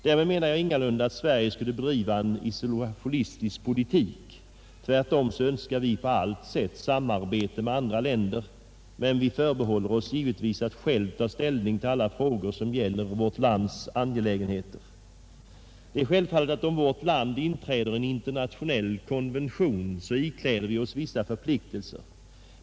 Därmed menar jag ingalunda att Sverige skulle bedriva en isolationistisk politik — tvärtom önskar vi på allt sätt samarbete med andra länder. Men vi förbehåller oss givetvis att själva ta ställning till alla frågor som gäller vårt lands angelägenheter. Det är självfallet att om vårt land inträder i en internationell konvention, så ikläder vi oss vissa förpliktelser.